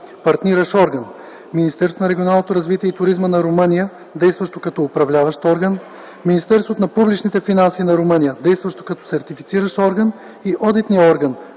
партниращ орган, Министерството на регионалното развитие и туризма на Румъния, действащо като Управляващ орган, Министерството на публичните финанси на Румъния, действащо като Сертифициращ орган, и Одитния орган